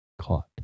caught